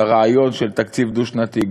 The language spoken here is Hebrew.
לרעיון של תקציב דו-שנתי,